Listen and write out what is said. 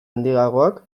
handiagoak